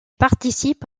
participe